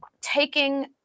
taking